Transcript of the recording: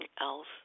else